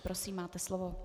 Prosím, máte slovo.